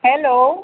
hello